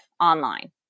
online